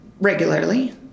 regularly